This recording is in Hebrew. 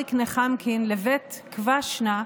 שריק נחמקין לבית קבשנה,